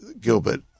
Gilbert